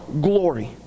glory